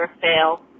fail